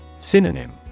Synonym